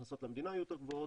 הכנסות למדינה יהיו יותר גבוהות,